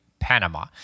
Panama